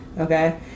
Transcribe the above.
Okay